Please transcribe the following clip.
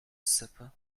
supper